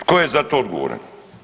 Tko je za to odgovoran?